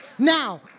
Now